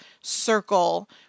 circle